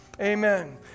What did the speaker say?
Amen